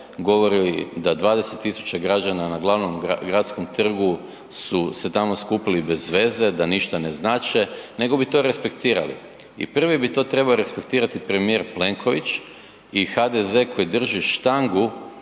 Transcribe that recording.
govorili da 20 000 građana na glavnom gradskom trgu su se tamo skupili bez veze, da ništa ne znače nego bi to respektirali i prvi bi to trebo respektirati premijer Plenković i HDZ koji drži štangu